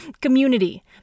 community